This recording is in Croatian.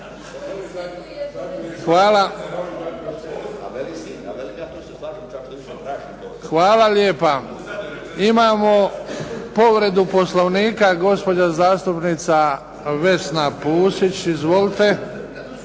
(HDZ)** Hvala lijepa. Imamo povredu Poslovnika, gospođa zastupnica Vesna Pusić. Izvolite.